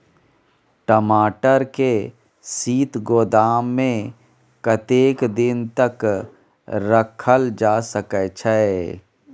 टमाटर के शीत गोदाम में कतेक दिन तक रखल जा सकय छैय?